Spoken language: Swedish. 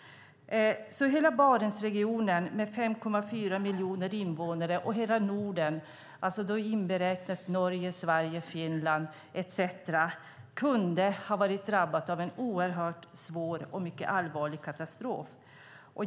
Hela Barentsregionen med 5,4 miljoner invånare och hela Norden inberäknat Norge, Sverige, Finland etcetera kunde ha drabbats av en oerhört svår och mycket allvarlig katastrof.